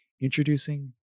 Introducing